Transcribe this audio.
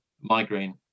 migraine